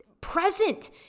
present